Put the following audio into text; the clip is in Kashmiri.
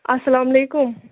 اَسلام علیکُم